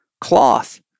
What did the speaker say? cloth